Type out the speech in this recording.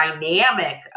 dynamic